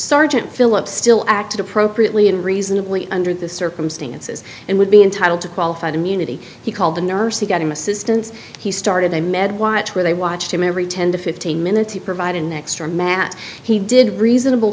sergeant philip still acted appropriately and reasonably under the circumstances and would be entitled to qualified immunity he called the nurse to get him assistance he started a med watch where they watched him every ten to fifteen minutes he provided an extra mat he did reasonable